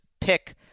pick